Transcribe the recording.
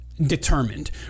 determined